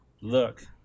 look